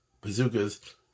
bazookas